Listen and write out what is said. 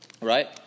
right